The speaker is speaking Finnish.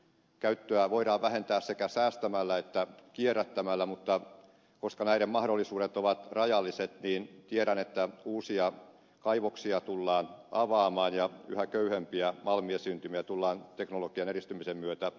käyttöä voidaan vähentää sekä säästämällä että kierrättämällä mutta koska näiden mahdollisuudet ovat rajalliset niin tiedän että uusia kaivoksia tullaan avaamaan ja yhä köyhempiä malmiesiintymiä tullaan teknologian edistymisen myötä hyödyntämään